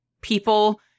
people